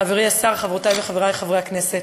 חברי השר, חברותי וחברי חברי הכנסת,